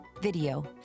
video